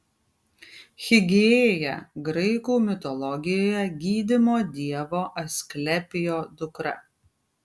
higiėja graikų mitologijoje gydymo dievo asklepijo dukra